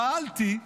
שאלתי: